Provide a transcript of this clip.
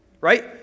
right